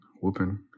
whooping